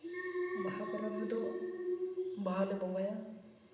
ᱵᱟᱦᱟ ᱯᱚᱨᱚᱵᱽ ᱨᱮᱫᱚ ᱵᱟᱦᱟᱞᱮ ᱵᱚᱸᱜᱟᱭᱟ